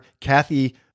Kathy